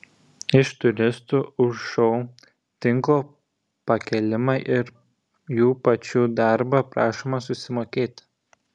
iš turistų už šou tinklo pakėlimą ir jų pačių darbą prašoma susimokėti